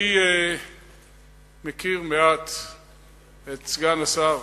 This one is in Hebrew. אני מכיר מעט את סגן השר,